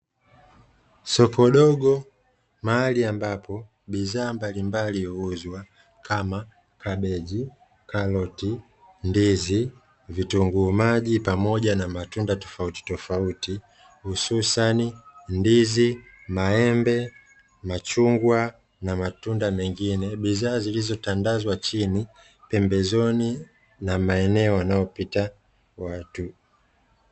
Soko dogo mahali ambapo bidhaa mbalimbali huuzwa kama kabeji, karoti, ndizi, vitunguu maji pamoja na matunda tofautitofauti hususani ndizi, maembe, machungwa na matunda mengine. Bidhaa zilizotandazwa chini pembezoni na maeneo wanayopita watu.